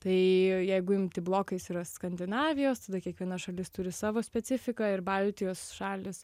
tai jeigu imti blokais yra skandinavijos tada kiekviena šalis turi savo specifiką ir baltijos šalys